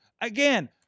again